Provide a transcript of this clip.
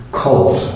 cult